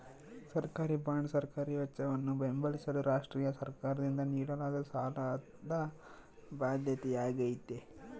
ಸರ್ಕಾರಿಬಾಂಡ್ ಸರ್ಕಾರಿ ವೆಚ್ಚವನ್ನು ಬೆಂಬಲಿಸಲು ರಾಷ್ಟ್ರೀಯ ಸರ್ಕಾರದಿಂದ ನೀಡಲಾದ ಸಾಲದ ಬಾಧ್ಯತೆಯಾಗೈತೆ